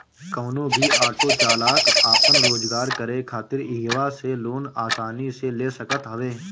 कवनो भी ऑटो चालाक आपन रोजगार करे खातिर इहवा से लोन आसानी से ले सकत हवे